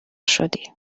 شدی